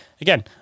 again